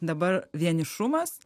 dabar vienišumas